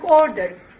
order